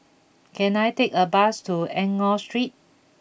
can I take a bus to Enggor Street